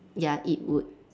ya it would